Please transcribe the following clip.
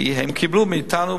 כי הם קיבלו מאתנו,